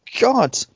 God